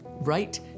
right